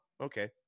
okay